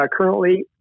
currently